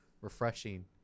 refreshing